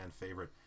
favorite